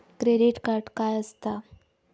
Credit card काय असता?